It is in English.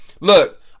look